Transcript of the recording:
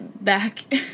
back